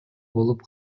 болуп